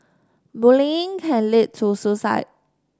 bullying can lead to suicide